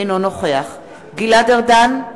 אינו נוכח גלעד ארדן,